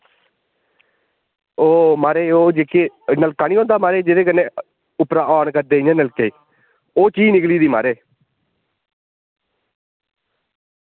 ओह् महाराज ओह् जेह्के नलका नी होंदा महाराज जेह्दे कन्नै उप्परा आन करदे जि'यां नलके ओह् चीज निकली गेदी महाराज